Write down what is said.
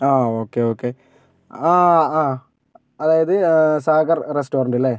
ആ okay okay ആ ആ അതായത് സാഗർ റെസ്റ്റോറന്റ് അല്ലേ